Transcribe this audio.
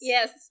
Yes